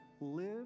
live